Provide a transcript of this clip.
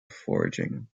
foraging